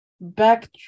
Back